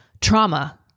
Trauma